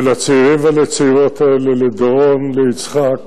ולצעירים ולצעירות האלה: לדורון, ליצחק,